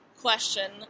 question